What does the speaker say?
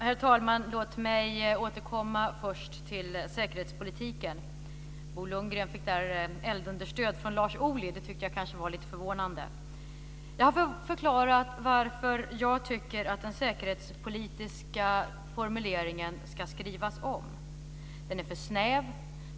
Herr talman! Låt mig först återkomma till säkerhetspolitiken. Bo Lundgren fick där eldunderstöd från Lars Ohly. Det tyckte jag kanske var lite förvånande. Jag har förklarat varför jag tycker att den säkerhetspolitiska formuleringen ska skrivas om. Den är för snäv.